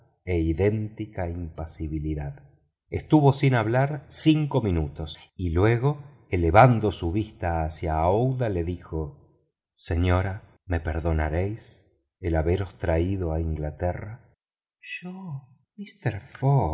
e idéntica impasibilidad estuvo sin hablar cinco minutos y luego elevando su vista hacia aouida le dijo señora me perdonaréis el haberos traído a inglaterra yo mister